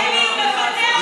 אלי, הוא מפטר אותך בחמש דקות.